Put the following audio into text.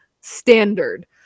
standard